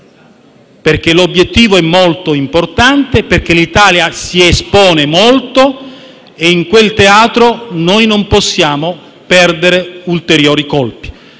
perché l'obiettivo è molto importante, l'Italia si espone molto e in quel teatro non possiamo perdere ulteriori colpi.